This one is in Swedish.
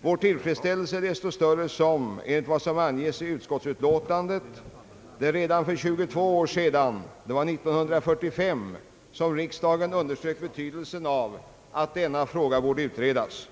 Vår tillfredsställelse är desto större som riksdagen — enligt vad som anges i utskottsutlåtandet — redan för 22 år sedan, eller 1945, underströk betydelsen av att denna fråga borde utredas.